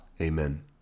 amen